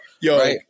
Yo